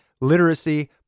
literacy